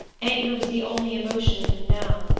anger was the only emotion in him now.